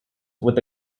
with